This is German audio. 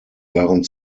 waren